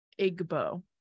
igbo